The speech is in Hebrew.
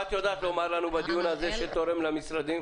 את יודעת לומר לנו בדיון הזה שתורם למשרדים?